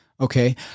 okay